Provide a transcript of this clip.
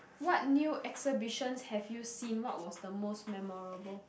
what new exhibitions have you seen what was the most memorable